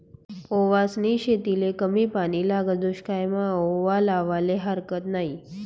ओवासनी शेतीले कमी पानी लागस, दुश्कायमा आओवा लावाले हारकत नयी